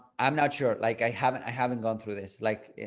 i'm not sure like i haven't i haven't gone through this like